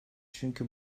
çünkü